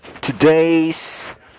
today's